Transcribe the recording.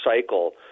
cycle